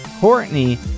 Courtney